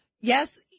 yes